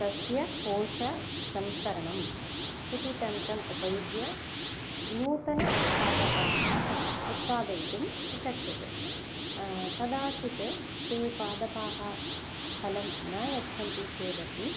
सस्यकोशसंस्करणम् इति तन्त्रम् उपयुज्य नूतनाः पादपाः उत्पादयितुं शक्यते कदाचित् ते पादपाः फलं न यच्छन्ति चेदपि